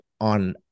on